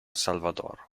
salvador